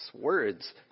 words